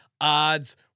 odds